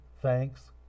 thanks